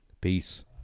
Peace